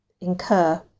incur